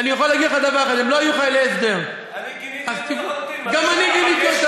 אני יכול להגיד לך דבר אחד, הם לא היו חיילי הסדר.